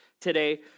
today